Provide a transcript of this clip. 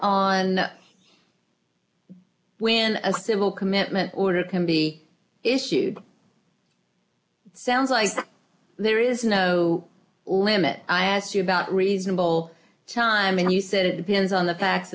on when a civil commitment order can be issued sounds like there is no limit i asked you about reasonable time and you said it depends on the fac